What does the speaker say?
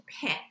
pick